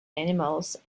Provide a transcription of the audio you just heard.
animals